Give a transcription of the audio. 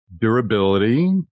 Durability